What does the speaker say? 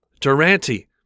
Durante